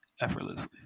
effortlessly